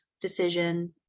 decision